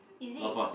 is it